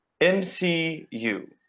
MCU